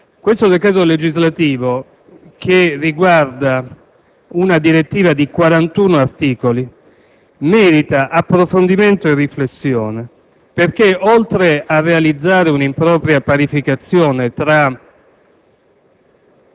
Questo decreto legislativo, che riguarda una direttiva di 41 articoli, merita approfondimento e riflessione perché, oltre a realizzare una impropria parificazione tra